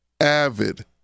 avid